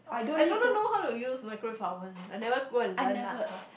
I don't know know to use microwave oven I never go and learn lah of